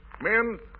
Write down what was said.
Men